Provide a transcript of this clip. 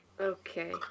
Okay